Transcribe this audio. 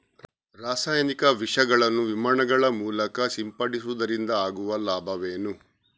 ರಾಸಾಯನಿಕ ವಿಷಗಳನ್ನು ವಿಮಾನಗಳ ಮೂಲಕ ಸಿಂಪಡಿಸುವುದರಿಂದ ಆಗುವ ಲಾಭವೇನು?